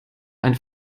ein